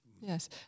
Yes